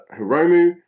Hiromu